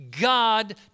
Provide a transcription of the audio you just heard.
God